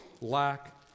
lack